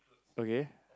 okay